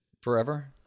forever